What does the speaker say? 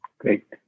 great